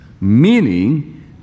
meaning